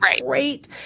great